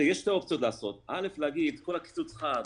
יש שתי אופציות לעשות, א', להגיד שכל הקיצוץ חל